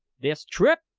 this trip!